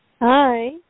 Hi